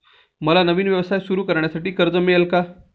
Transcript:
मला नवीन व्यवसाय सुरू करण्यासाठी कर्ज मिळेल का?